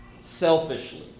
selfishly